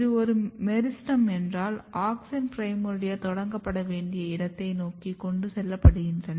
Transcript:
இது ஒரு மெரிஸ்டெம் என்றால் ஆக்ஸின்கள் பிரைமோர்டியா தொடங்கப்பட வேண்டிய இடத்தை நோக்கி கொண்டு செல்லப்படுகின்றன